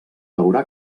haurà